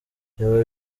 byaba